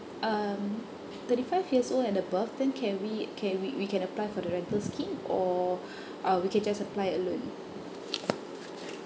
um thirty five years old and above then can we can we we can apply for the rental scheme or uh we can just apply alone